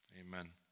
Amen